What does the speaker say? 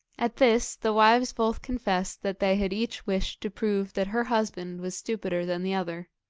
at this the wives both confessed that they had each wished to prove that her husband was stupider than the other.